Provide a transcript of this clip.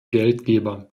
geldgeber